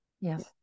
yes